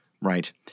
Right